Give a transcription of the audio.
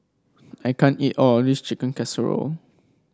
I can't eat all of this Chicken Casserole